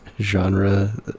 genre